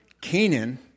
Canaan